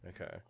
Okay